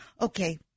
Okay